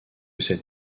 cette